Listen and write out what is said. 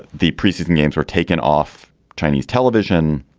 the preseason games were taken off chinese television.